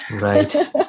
Right